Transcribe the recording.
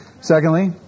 Secondly